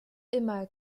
immer